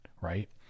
right